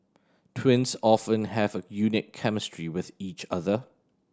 twins often have a unique chemistry with each other